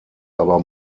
aber